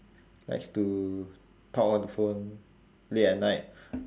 likes to talk on the phone late at night